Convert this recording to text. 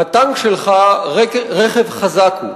הטנק שלך רכב חזק הוא.